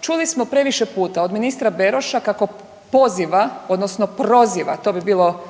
Čuli smo previše puta od ministra Beroša kako poziva odnosno proziva, to bi bilo